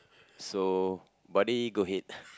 so buddy go ahead